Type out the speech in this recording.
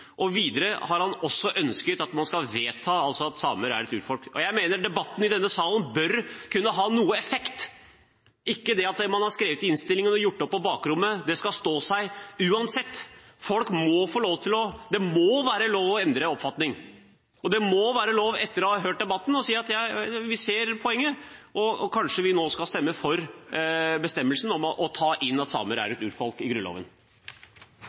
Grunnloven. Videre har han også ønsket at man skal vedta at samer er et urfolk. Jeg mener debatten i denne salen bør kunne ha noe effekt – ikke det at man har skrevet i innstillingen og gjort opp på bakrommet. Det skal stå seg uansett. Det må være lov å endre oppfatning. Og det må være lov, etter å ha hørt debatten, å si at vi ser poenget, og kanskje vi nå skal stemme for bestemmelsen om å ta inn at samer er et urfolk, i Grunnloven.